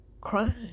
crying